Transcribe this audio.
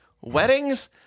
weddings